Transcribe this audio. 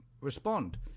respond